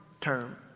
term